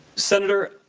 senator,